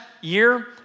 year